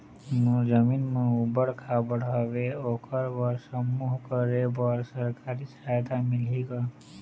मोर जमीन म ऊबड़ खाबड़ हावे ओकर बर समूह करे बर सरकारी सहायता मिलही का?